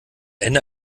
ende